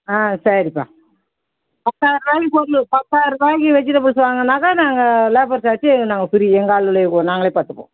ஆ சரிப்பா பத்தாயிரூபாயிக்கு பொருள் பத்தாயிரூபாயிக்கு வெஜிடபுள்ஸ் வாங்கினாக்கா நாங்கள் லேபர் சார்ஜு நாங்கள் ஃப்ரீ எங்கள் ஆட்களே நாங்களே பார்த்துப்போம்